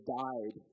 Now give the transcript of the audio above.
died